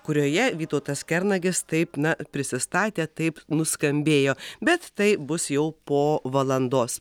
kurioje vytautas kernagis taip na prisistatė taip nuskambėjo bet tai bus jau po valandos